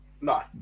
No